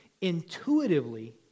intuitively